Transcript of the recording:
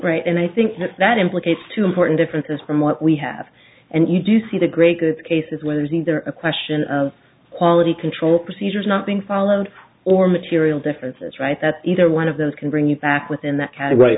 right and i think that implicates two important differences from what we have and you do see the great cases where isn't there a question of quality control procedures not being followed or material differences right that either one of those can bring you back within that category